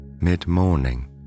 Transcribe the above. mid-morning